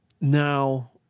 Now